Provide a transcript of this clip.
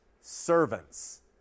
Servants